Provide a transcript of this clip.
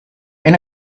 and